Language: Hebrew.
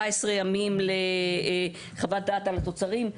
14 ימים לחוות דעת על התוצרים,